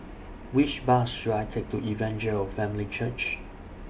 Which Bus should I Take to Evangel Family Church